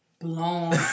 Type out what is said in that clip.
blown